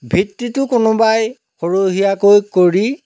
বৃত্তিতো কোনোবাই সৰহীয়াকৈ কৰি